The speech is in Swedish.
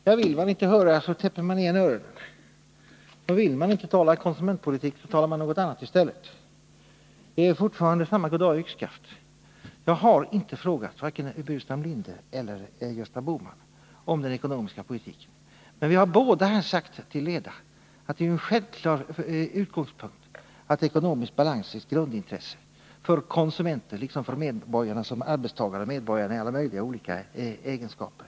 Herr talman! Ja, vill man inte höra täpper man till öronen, och vill man inte tala om konsumentpolitik talar man om något annat i stället. Det är fortfarande samma goddag — yxskaft. Jag har inte frågat vare sig Staffan Burenstam Linder eller Gösta Bohman om den ekonomiska politiken. Men både Staffan Burenstam Linder och jag har här sagt till leda, att det är en självklar utgångspunkt att ekonomisk balans är ett grundintresse för konsumenterna liksom för medborgarna som arbetstagare och i alla möjliga egenskaper.